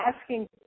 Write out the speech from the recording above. asking